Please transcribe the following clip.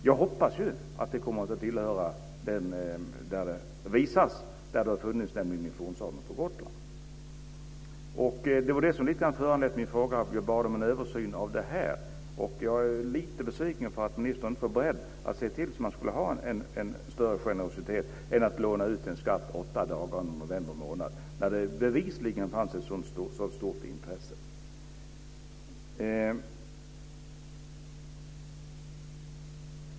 Jag hoppas att det kommer att visas där det har funnits, dvs. i fornsalen på Gotland. Det är detta som har föranlett att jag har bett om en översyn. Jag är lite besviken på att ministern inte är beredd att se till att det ska bli en större generositet än att låna ut en skatt åtta dagar i november. Det finns bevisligen ett stort intresse.